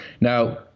Now